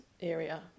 area